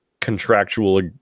contractual